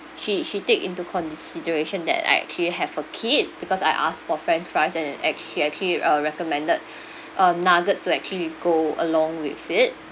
she she take into consideration that I actually have a kid because I asked for french fries and and act~ she actually uh recommended um nuggets to actually go along with it